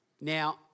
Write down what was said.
Now